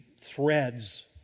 threads